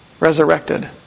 resurrected